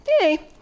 Yay